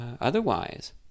otherwise